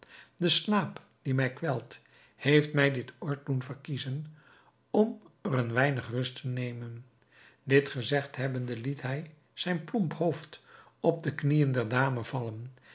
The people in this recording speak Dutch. de slaap die mij kwelt heeft mij dit oord doen verkiezen om er een weinig rust te nemen dit gezegd hebbende liet hij zijn plomp hoofd op de knieën der dame vallen